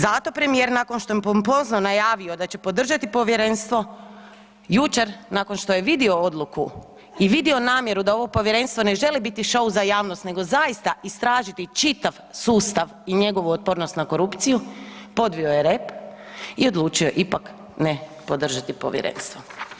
Zato premijer nakon što je pompozno najavio da će podržati povjerenstvo jučer nakon što je vidio odluku i vidio namjeru da ovo povjerenstvo ne želi biti šou za javnost nego zaista istražiti čitav sustav i njegovu otpornost na korupciju, podvio je rep i odlučio ipak ne podržati povjerenstvo.